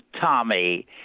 Tommy